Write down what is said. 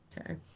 Okay